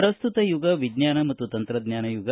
ಪ್ರಸ್ತುತ ಯುಗ ವಿಜ್ಞಾನ ಮತ್ತು ತಂತ್ರಜ್ಞಾನ ಯುಗ